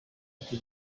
ati